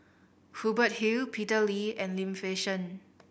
Hubert Hill Peter Lee and Lim Fei Shen